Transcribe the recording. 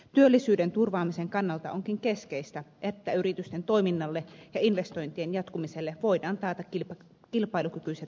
työllisyyden turvaamisen kannalta onkin keskeistä että yritysten toiminnalle ja investointien jatkumiselle voidaan taata kilpailukykyiset puitteet